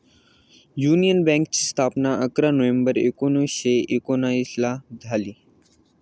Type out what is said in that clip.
union बँकेची स्थापना अकरा नोव्हेंबर एकोणीसशे एकोनिसला झाली